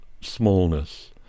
smallness